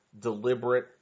deliberate